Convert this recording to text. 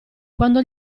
quando